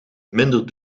minder